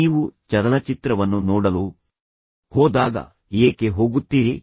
ನೀವು ಚಲನಚಿತ್ರವನ್ನು ನೋಡಲು ಹೋದಾಗ ಏಕೆ ಹೋಗುತ್ತೀರಿ